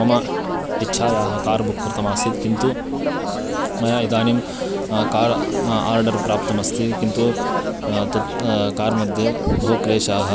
मम इच्छायाः car book कृतमासीत् किन्तु मया इदानीं कार् आर्डर् प्राप्तमस्ति किन्तु तत् कार्मध्ये बहु क्लेशाः